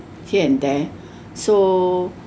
here and there so